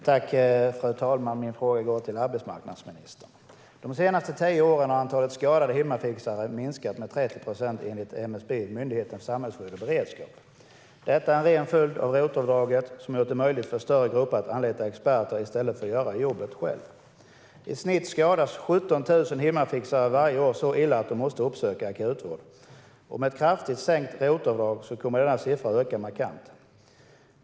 Fru talman! Min fråga går till arbetsmarknadsministern. De senaste tio åren har antalet skadade hemmafixare minskat med 30 procent enligt MSB, Myndigheten för samhällsskydd och beredskap. Detta är en ren följd av ROT-avdraget som har gjort det möjligt för större grupper att anlita experter i stället för att göra jobbet själva. I snitt skadas 17 000 hemmafixare varje år så illa att de måste uppsöka akutvård. Med ett kraftigt sänkt ROT-avdrag kommer denna siffra att öka markant.